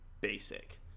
basic